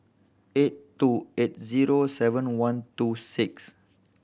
eight two eight zero seven one two six